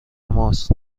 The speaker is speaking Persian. ماست